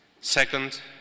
Second